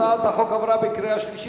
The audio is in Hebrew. הצעת החוק עברה בקריאה שלישית,